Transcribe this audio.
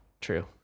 True